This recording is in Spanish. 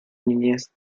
niñez